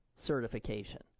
certification